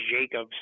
Jacobs